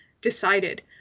decided